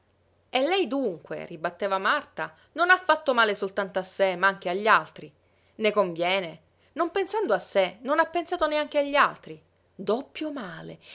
e lei dunque ribatteva marta non ha fatto male soltanto a sé ma anche agli altri ne conviene non pensando a sé non ha pensato neanche agli altri doppio male